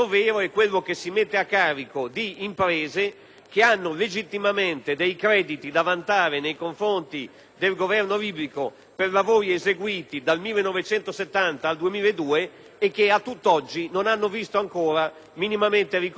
che legittimamente vantano dei crediti nei confronti del Governo libico, per lavori eseguiti dal 1970 al 2002, e che a tutt'oggi non hanno visto ancora minimamente riconosciute le loro legittime aspettative.